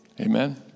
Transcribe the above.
Amen